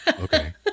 Okay